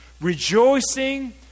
rejoicing